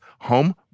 home